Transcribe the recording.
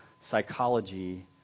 psychology